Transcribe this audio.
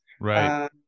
Right